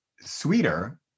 sweeter